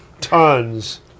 tons